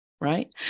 right